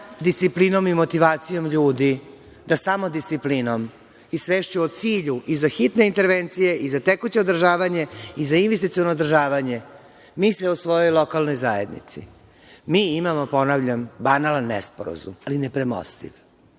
disciplinom i motivacijom ljudi, da samodisciplinom i svešću o cilju i za hitne intervencije i za tekuće održavanje i za investiciono održavanje, misli o svojoj lokalnoj zajednici. Mi imamo, ponavljam, banalan nesporazum, ali nepremostiv.